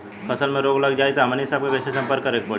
फसल में रोग लग जाई त हमनी सब कैसे संपर्क करें के पड़ी?